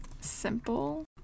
simple